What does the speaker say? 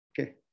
Okay